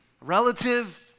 relative